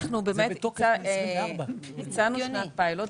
אנחנו באמת הצענו פיילוט.